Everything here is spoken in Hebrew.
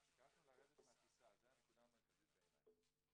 ביקשנו לרדת מהטיסה זו הנקודה המרכזית בעיניי